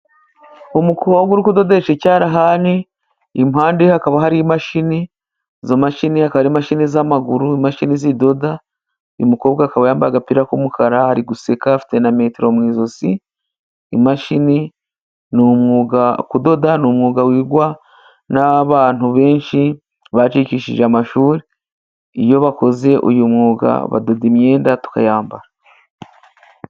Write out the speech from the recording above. Umukobwa uri gukoresha icyarahani, impande ye hakaba hari imashini, izo mashini akaba ari imashini z'amaguru, imashini zidoda, uyu mukobwa akaba yambaye agapira k'umukara, ari guseka afite na metero mu ijosi. Kudoda ni umwuga wigwa n'abantu benshi bacikishije amashuri, iyo bakoze uyu mwuga badoda imyenda tukayambara.